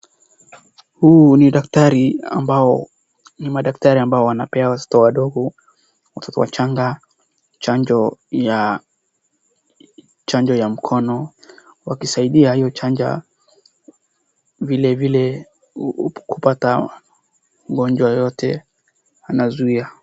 Huyu ni daktari ambao, ni madaktari ambao wanapea watoto wadogo, watoto wachanga chanjo ya mkono, wakisaidia hiyo chanjo vilevile hupata ugonjwa yoyote inazuia.